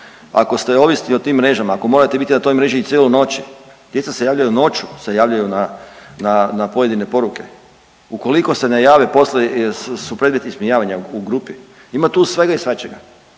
ako ste ovisni o tim mrežama, ako morate biti na toj mreži i cijelu noći, djeca se javljaju noću, se javljaju na pojedine poruke, ukoliko se ne jave poslije su predmet ismijavanja u grupi. Ima tu svega i svačega.